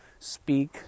speak